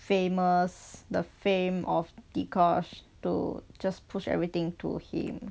famous the fame of dee-kosh to just push everything to him